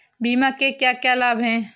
बीमा के क्या क्या लाभ हैं?